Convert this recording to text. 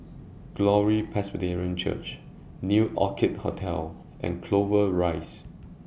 Glory Presbyterian Church New Orchid Hotel and Clover Rise